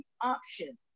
option